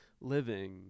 living